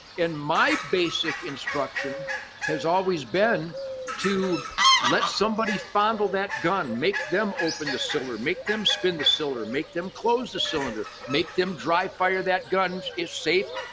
and my basic instruction has always been to let somebody fondle that gun, make them open the cylinder, make them spin the cylinder, make them close the cylinder, make them dry fire that gun, it's safe,